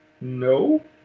No